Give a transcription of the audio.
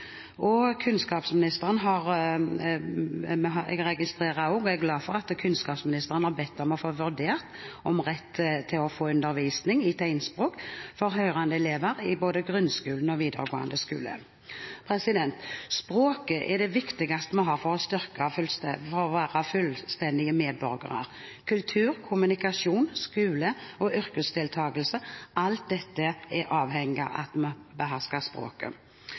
Jeg registrerer også og er glad for at kunnskapsministeren har bedt om å få vurdert rett til å få undervisning i tegnspråk for hørende elever i både grunnskolen og videregående skole. Språket er det viktigste vi har for å være fullstendige medborgere. Kultur, kommunikasjon, skole og yrkesdeltakelse – alt dette er avhengig av at vi behersker språket.